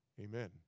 Amen